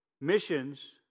Missions